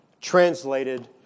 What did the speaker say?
translated